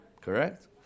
Correct